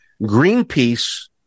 Greenpeace